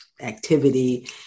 activity